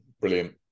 brilliant